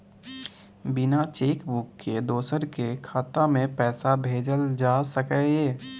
बिना cheque book के दोसर के खाता में पैसा भेजल जा सकै ये?